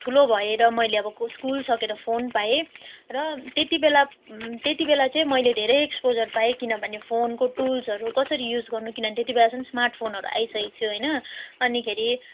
ठुलो भएर मैले अब स्कुल सकेर फोन पाएँ र त्यति बेला त्यति बेला चाहिँ मैले धेरै एक्सपोजर पाएँ किनभने फोनको टुल्सहरू कसरी युज गर्नु किनभने त्यति बेला चाहिँ स्मार्ट फोनहरू आइसकेको थियो होइन अनिखेरि